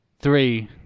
Three